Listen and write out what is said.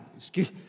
Excuse